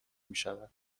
میشود